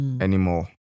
Anymore